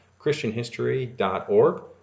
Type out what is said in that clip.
ChristianHistory.org